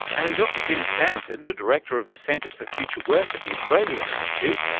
and dr jim stanford, the director of the centre for future work at the australia institute,